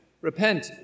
repent